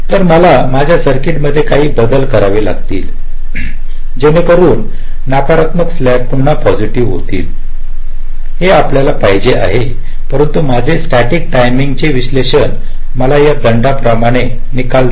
तर मला माझ्या सर्किट मध्ये काही बदल करावे लागतील जेणेकरून हे नकारात्मक स्लॅक पुन्हा पॉसिटीव्ह होतील हे आपल्याला पाहिजे आहे परंतु माझे स्टॅटिक टायमिंग चे विश्लेषण मला या दंडा प्रमाणे एक निकाल देते